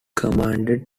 commanded